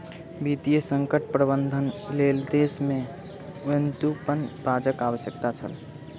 वित्तीय संकट प्रबंधनक लेल देश में व्युत्पन्न बजारक आवश्यकता छल